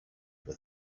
for